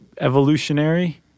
evolutionary